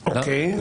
אוקיי.